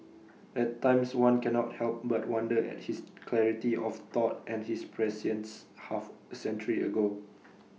at times one cannot help but wonder at his clarity of thought and his prescience half A century ago